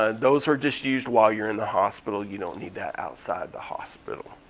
ah those are just used while you're in the hospital, you don't need that outside the hospital.